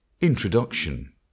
Introduction